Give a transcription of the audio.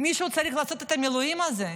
מישהו צריך לעשות את המילואים האלה,